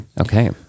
Okay